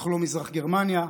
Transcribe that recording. אנחנו לא מזרח גרמניה,